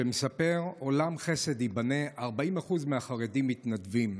שמספרת: עולם חסד ייבנה, 40% מהחרדים מתנדבים,